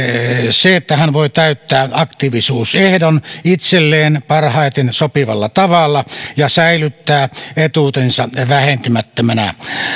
se että hän voi täyttää aktiivisuusehdon itselleen parhaiten sopivalla tavalla ja säilyttää etuutensa vähentymättömänä